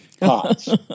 Pots